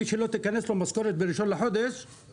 מי שלא תיכנס לו משכורת בראשון בחודש הוא